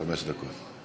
חמש דקות.